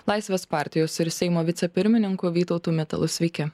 laisvės partijos ir seimo vicepirmininku vytautu mitalu sveiki